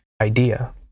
idea